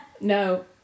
No